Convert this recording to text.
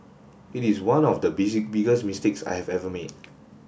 it is one of the busy biggest mistakes I have ever made